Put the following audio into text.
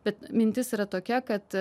bet mintis yra tokia kad